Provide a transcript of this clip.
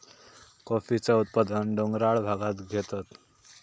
कॉफीचा उत्पादन डोंगराळ भागांत घेतत